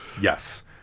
Yes